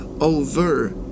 over